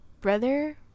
brother